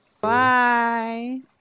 Bye